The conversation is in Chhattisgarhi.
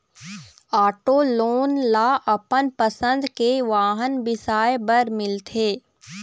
आटो लोन ह अपन पसंद के वाहन बिसाए बर मिलथे